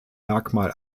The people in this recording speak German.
merkmal